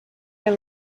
your